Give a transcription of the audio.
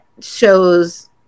shows